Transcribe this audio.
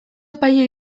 epaile